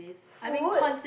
food